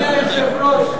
אדוני היושב-ראש,